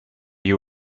you